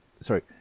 Sorry